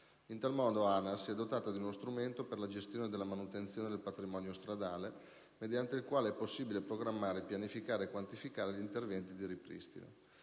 In tal modo, ANAS si è dotata di uno strumento per la gestione della manutenzione del patrimonio stradale, mediante il quale è possibile programmare, pianificare e quantificare gli interventi di ripristino.